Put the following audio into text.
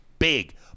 big